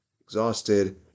exhausted